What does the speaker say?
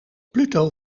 pluto